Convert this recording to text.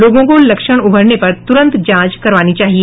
लोगों को लक्षण उभरने पर तुरंत जांच करानी चाहिए